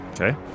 Okay